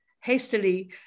hastily